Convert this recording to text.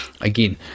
again